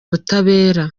butabera